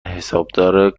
حسابدار